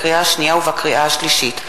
קריאה השנייה וקריאה השלישית.